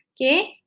okay